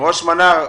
ראש מנה"ר,